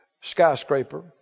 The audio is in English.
skyscraper